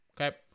okay